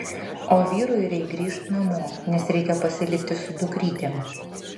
o vyrui reik grįžt namo nes reikia pasilikti su dukrytėm